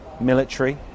military